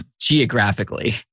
Geographically